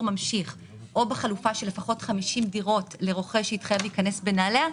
ממשיך או בחלופה של לפחות 50 דירות לרוכש שהתחייב להיכנס בנעליה,